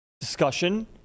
discussion